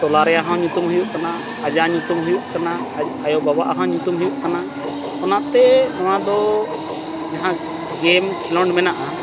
ᱴᱚᱞᱟ ᱨᱮᱭᱟᱜ ᱦᱚᱸ ᱧᱩᱛᱩᱢ ᱦᱩᱭᱩᱜ ᱠᱟᱱᱟ ᱟᱡᱟᱜ ᱧᱩᱛᱩᱢ ᱦᱩᱭᱩᱜ ᱠᱟᱱᱟ ᱟᱡ ᱟᱭᱳᱼᱵᱟᱵᱟ ᱟᱜ ᱦᱚᱸ ᱧᱩᱛᱩᱢ ᱦᱩᱭᱩᱜ ᱠᱟᱱᱟ ᱚᱱᱟᱛᱮ ᱱᱚᱣᱟ ᱫᱚ ᱡᱟᱦᱟᱸ ᱠᱷᱮᱞᱳᱸᱰ ᱢᱮᱱᱟᱜᱼᱟ